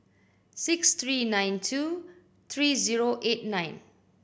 six three nine two three zero eight nine